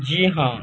جی ہاں